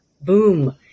boom